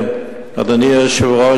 אדוני היושב-ראש,